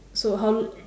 so how